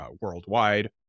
worldwide